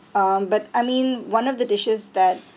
um but I mean one of the dishes that